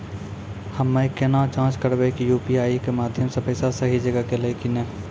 हम्मय केना जाँच करबै की यु.पी.आई के माध्यम से पैसा सही जगह गेलै की नैय?